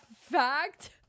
fact